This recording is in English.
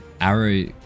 arrow